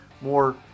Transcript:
more